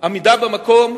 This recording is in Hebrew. עמידה במקום,